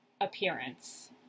appearance